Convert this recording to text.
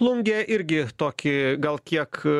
plungė irgi tokį gal kiek